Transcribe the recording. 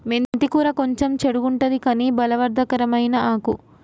మెంతి కూర కొంచెం చెడుగుంటది కని బలవర్ధకమైన ఆకు